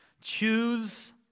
Choose